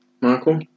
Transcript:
Michael